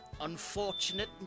unfortunate